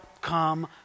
come